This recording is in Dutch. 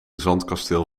zandkasteel